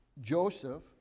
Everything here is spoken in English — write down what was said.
Joseph